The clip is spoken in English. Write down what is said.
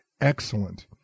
Excellent